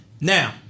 Now